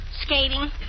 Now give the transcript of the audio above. Skating